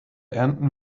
ernten